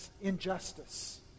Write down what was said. injustice